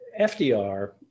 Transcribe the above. FDR